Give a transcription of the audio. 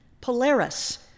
Polaris